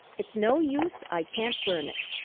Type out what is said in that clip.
it's no use, i can't burn it.